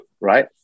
right